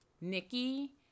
Nikki